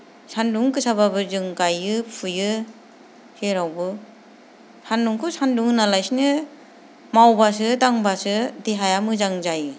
सान्दुं गोसाब्लाबो जों गायो फुयो जेरावबो सानदुंखौ सानदुं होनालासिनो मावब्लासो दांब्लासो देहाया मोजां जायो